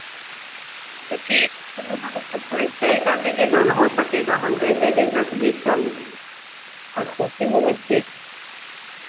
तो ठीक फिर वो सब पाइप सही कर दीजिए जौन हो सकेगा हम देंगे दस बीस चालिस अच्छा जी नमस्ते